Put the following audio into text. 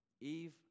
Eve